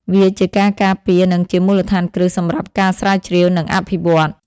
វាជាការការពារនិងជាមូលដ្ឋានគ្រឹះសម្រាប់ការស្រាវជ្រាវ និងអភិវឌ្ឍន៍។